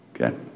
okay